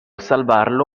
salvarlo